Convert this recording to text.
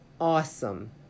awesome